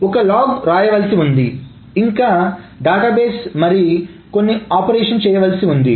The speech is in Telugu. ఒక లాగ్ వ్రాయవలసి ఉంది ఇంకా డేటాబేస్ మరి కొన్ని ఆపరేషన్స్ చేయవలసి ఉంది